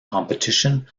competition